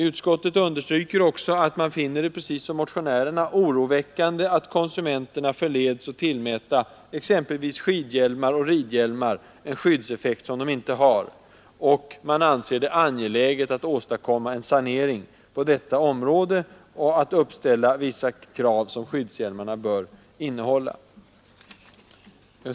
Utskottet understryker också att utskottet, liksom motionärerna, finner det oroväckande att konsumenterna förleds att tillmäta exempelvis skidhjälmar och ridhjälmar en skyddseffekt som de inte har. Utskottet anser det angeläget att åstadkomma en sanering på detta område och att uppställa vissa krav, som skyddshjälmarna bör uppfylla.